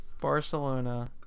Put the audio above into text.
Barcelona